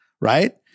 Right